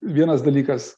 vienas dalykas